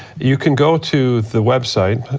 you can go to the website,